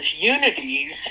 unities